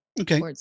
Okay